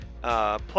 Plus